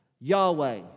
Yahweh